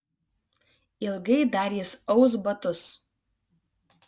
ilgai dar jis aus batus